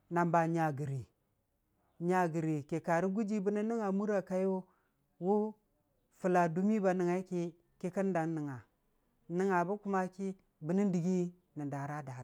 Nan banya gɨrii, nya gɨrii kə karə gujii bənən nəngnga mura kaiyʊ wʊ fəlla dumii ba nəngnge ki kən dan nəngnga, nəngnga bə kʊma ki bənən dɨgii nən darata.